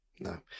No